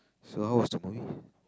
so how was the movie